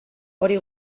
hori